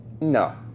no